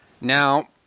Now